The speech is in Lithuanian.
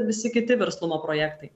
visi kiti verslumo projektai